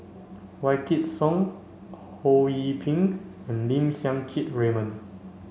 Wykidd Song Ho Yee Ping and Lim Siang Keat Raymond